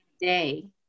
day